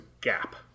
gap